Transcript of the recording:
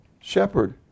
shepherd